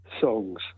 songs